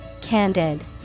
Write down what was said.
Candid